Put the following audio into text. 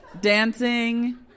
dancing